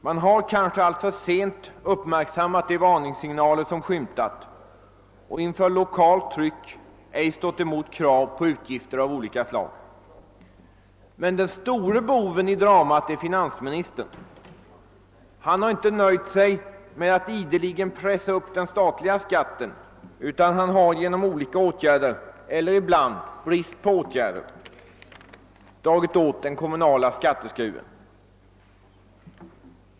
De har kanske alltför sent uppmärksammat de varningssignaler som skymtat och inför lokalt tryck ej stått emot krav på utgifter av olika slag. Men den stora boven i dramat är finansministern. Han har inte nöjt sig med att ideligen pressa upp den statliga skatten utan har genom olika åtgärder, eller ibland brist på åtgärder, dragit åt den kommunala skatteskruven.